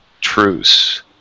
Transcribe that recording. truce